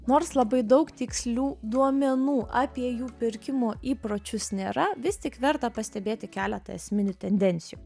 nors labai daug tikslių duomenų apie jų pirkimų įpročius nėra vis tik verta pastebėti keletą esminių tendencijų